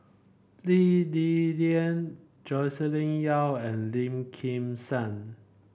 Lee Li Lian Joscelin Yeo and Lim Kim San